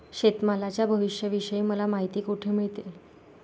शेतमालाच्या भावाविषयी मला माहिती कोठे मिळेल?